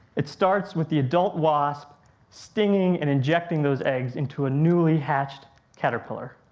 it starts with the adult wasp stinging and injecting those eggs into a newly hatched caterpillar.